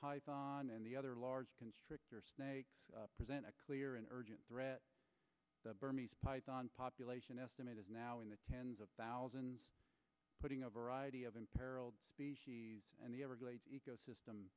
python and the other large constrictor present a clear and urgent threat the burmese python population estimate is now in the tens of thousands putting a variety of imperiled and the everglades ecosystem